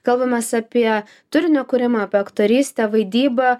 kalbamės apie turinio kūrimą apie aktorystę vaidybą